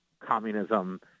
communism